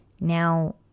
Now